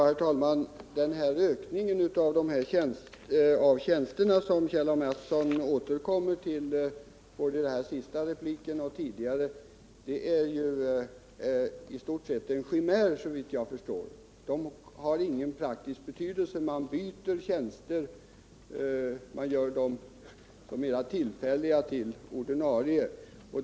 Herr talman! Den här ökningen av antalet tjänster, som Kjell Mattsson återkommer till i sin senaste replik, är såvitt jag förstår i stort sett en chimär. Den har ingen praktisk betydelse. Man byter tjänster och låter dem tillfälligt bli ordinarie.